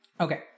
Okay